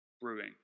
brewing